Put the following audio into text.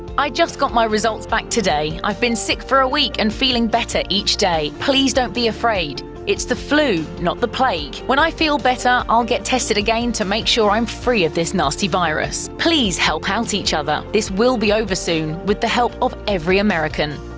i just got my results back today. i've been sick for a week and feeling better each day. please don't be afraid! it's the flu, not the plague. when i feel better i'll get tested again to make sure i'm free of this nasty virus. please help out each other. this will be over soon with the help of every american!